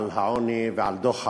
העוני ועל דוח העוני.